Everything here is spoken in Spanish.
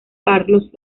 carlos